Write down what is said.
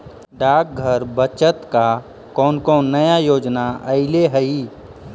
डाकघर बचत का कौन कौन नया योजना अइले हई